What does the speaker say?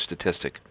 statistic